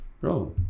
Bro